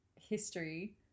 history